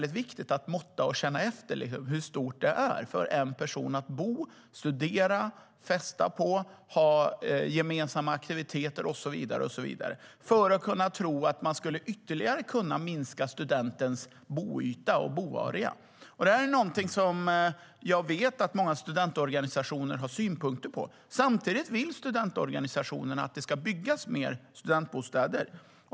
Det är viktigt att måtta och känna efter hur stort det är för en person att bo, studera och festa på, ha gemensamma aktiviteter på och så vidare för att kunna tro att man skulle kunna ytterligare minska studentens boyta och boarea. Det här är någonting som jag vet att många studentorganisationer har synpunkter på. Samtidigt vill studentorganisationerna att det ska byggas mer studentbostäder.